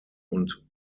und